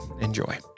enjoy